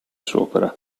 sopra